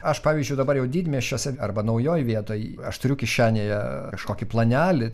aš pavyzdžiui dabar jau didmiesčiuose arba naujoj vietoj aš turiu kišenėje kažkokį planelį